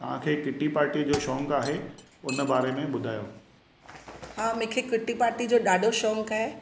तव्हांखे kitty party जो शौक़ु आहे हुन बारे में ॿुधायो हा मूंखे किटी पार्टी जो ॾाढो शौक़ु आहे